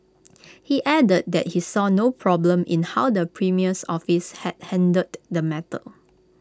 he added that he saw no problem in how the premier's office had handled the matter